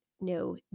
no